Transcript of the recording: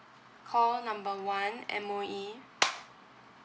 call number one M_O_E